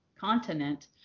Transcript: continent